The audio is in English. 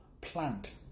plant